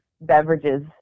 beverages